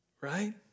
Right